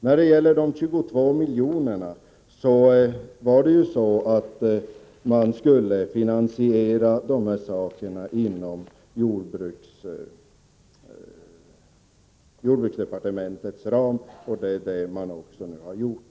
När det gäller de 22 miljonerna var det ju så, att man skulle finansiera de här sakerna inom jordbruksdepartementets ram. Det är också detta man nu har gjort.